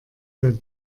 der